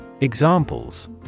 Examples